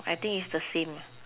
I think is the same